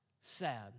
sad